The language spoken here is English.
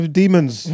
demons